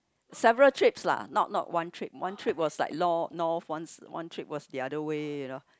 several trips lah not not one trip one trip was like lo~ north one one trip was the other way you know